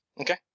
Okay